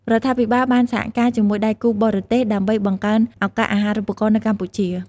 រដ្ឋាភិបាលបានសហការជាមួយដៃគូបរទេស ដើម្បីបង្កើនឱកាសអាហារូបករណ៍នៅកម្ពុជា។